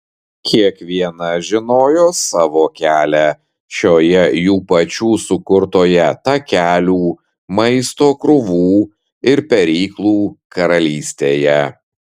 kiekviena žinojo savo kelią šioje jų pačių sukurtoje takelių maisto krūvų ir peryklų karalystėje